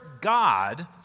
God